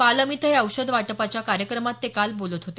पालम इथं हे औषध वाटपाच्या कार्यक्रमात ते ते काल बोलत होते